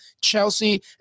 Chelsea